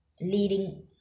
leading